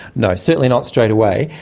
no, certainly not straight away,